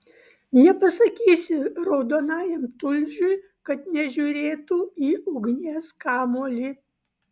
nepasakysi raudonajam tulžiui kad nežiūrėtų į ugnies kamuolį